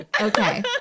Okay